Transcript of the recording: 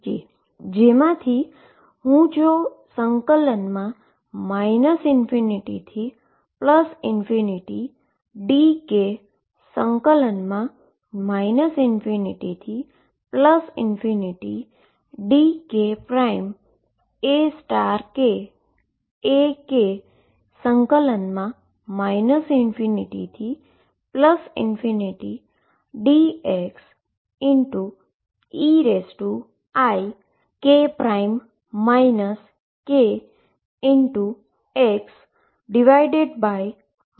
જેમાથી હું જો ∞dk ∞dkAkAk ∞ dx eik kx2π term બહાર લઉ છું